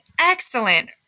excellent